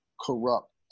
corrupt